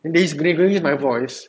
they use my voice